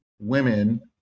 women